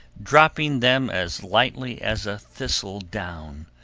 dropping them as lightly as a thistledown,